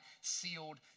sealed